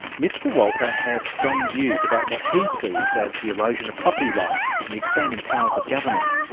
mr walter has strong views about what he sees as the erosion of property rights and the expanding powers of government.